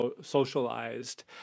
socialized